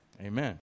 Amen